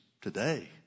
today